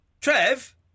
Trev